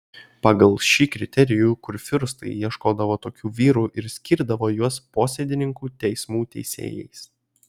pagal šį kriterijų kurfiurstai ieškodavo tokių vyrų ir skirdavo juos posėdininkų teismų teisėjais